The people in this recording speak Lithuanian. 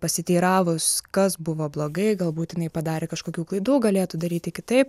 pasiteiravus kas buvo blogai gal būt jinai padarė kažkokių klaidų galėtų daryti kitaip